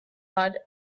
are